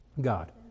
God